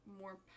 more